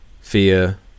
Fear